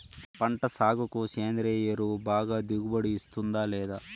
పంట సాగుకు సేంద్రియ ఎరువు బాగా దిగుబడి ఇస్తుందా లేదా